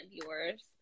viewers